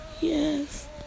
Yes